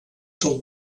del